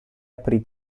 aprì